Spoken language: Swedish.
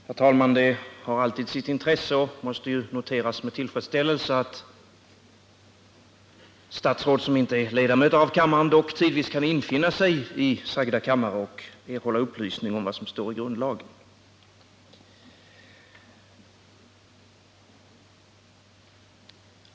Herr talman! Det har alltid sitt intresse och måste noteras med tillfredsställelse att statsråd som inte är ledamöter av kammaren dock tidvis kan infinna sig i sagda kammare och erhålla upplysning om vad som står i grundlagen.